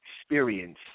experience